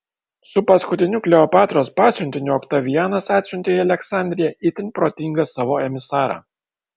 su paskutiniu kleopatros pasiuntiniu oktavianas atsiuntė į aleksandriją itin protingą savo emisarą